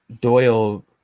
Doyle